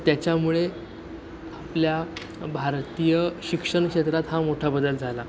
त्याच्यामुळे आपल्या भारतीय शिक्षण क्षेत्रात हा मोठा बदल झाला